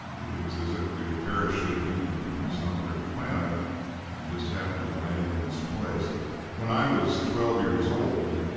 it was as if we had parachuted in from some other planet and just happened to land in this place when i was twelve years old,